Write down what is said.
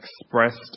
expressed